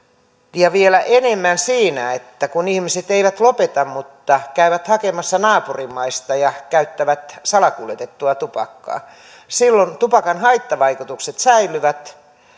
ja vielä enemmän siinä kun ihmiset eivät lopeta mutta käyvät hakemassa naapurimaista ja käyttävät salakuljetettua tupakkaa silloin tupakan haittavaikutukset säilyvät